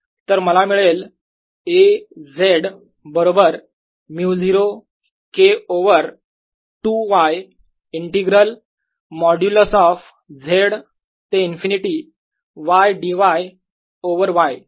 तर मला मिळेल A z बरोबर μ0 K over 2 y integral modulus of z ते infinity y dy over y